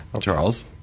Charles